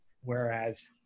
Whereas